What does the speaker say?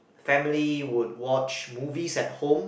family would watch movies at home